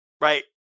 Right